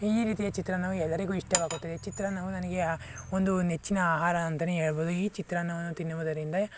ಈ ರೀತಿಯ ಚಿತ್ರಾನ್ನವು ಎಲ್ಲರಿಗೂ ಇಷ್ಟವಾಗುತ್ತದೆ ಚಿತ್ರಾನ್ನವು ನನಗೆ ಒಂದು ನೆಚ್ಚಿನ ಆಹಾರ ಅಂತಲೇ ಹೇಳ್ಬೋದು ಈ ಚಿತ್ರಾನ್ನವನ್ನು ತಿನ್ನುವುದರಿಂದ